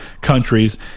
countries